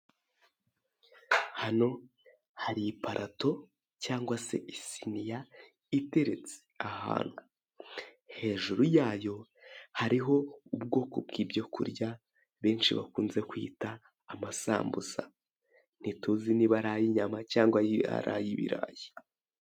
Hano hari iparato cyangwa se isiniya iteretse ahantu hejuru yayo hariho ubwoko bw'ibyo kurya benshi bakunze kwita amasambusa, ntituzi niba ari ay'inyama cyangwa ari ay'ibirayi.